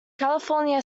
california